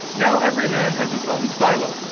now every man has his own stylo.